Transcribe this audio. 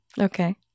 Okay